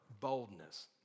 boldness